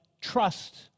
Trust